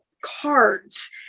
cards